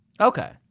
Okay